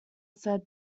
said